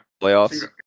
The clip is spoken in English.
playoffs